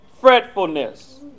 fretfulness